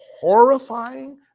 horrifying